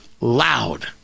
loud